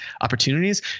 opportunities